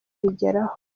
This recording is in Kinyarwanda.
abigeraho